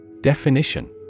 Definition